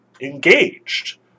engaged